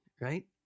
right